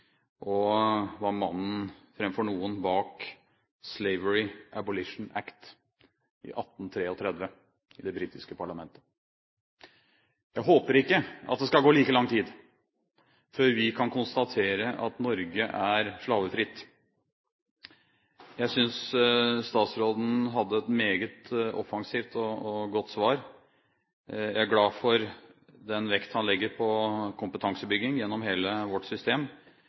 og var mannen framfor noen bak the Slavery Abolition Act 1833 i det britiske parlamentet. Jeg håper ikke at det skal gå like lang tid før vi kan konstatere at Norge er slavefritt. Jeg synes statsråden hadde et meget offensivt og godt svar. Jeg er glad for den vekt han legger på kompetansebygging gjennom hele vårt system,